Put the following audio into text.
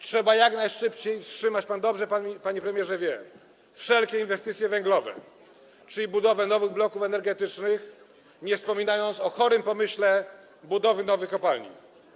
Trzeba jak najszybciej wstrzymać - pan, panie premierze, dobrze to wie - wszelkie inwestycje węglowe, czyli budowę nowych bloków energetycznych, nie wspominając o chorym pomyśle budowy nowych kopalni.